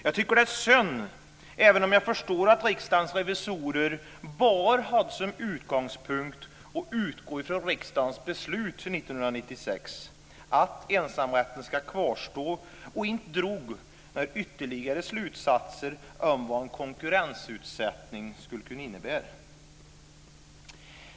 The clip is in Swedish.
Jag tycker att det är synd, även om jag förstår att Riksdagens revisorer enbart hade som utgångspunkt att utgå från riksdagens beslut 1996 att ensamrätten ska kvarstå och inte drog några ytterligare slutsatser om vad en konkurrensutsättning skulle kunna innebära.